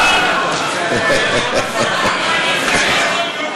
ההצעה להסיר מסדר-היום את הצעת חוק הביטוח הלאומי (תיקון,